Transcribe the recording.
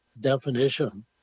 definition